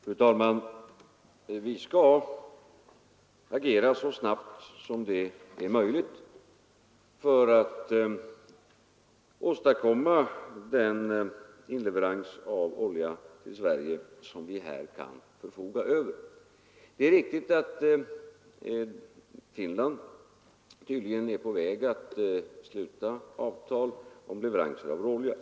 Fru talman! Vi skall agera så snabbt som möjligt för att åstadkomma den inleverans av olja till Sverige som vi här kan förfoga över. Det är riktigt att Finland tydligen är på väg att sluta avtal om leveranser av råolja.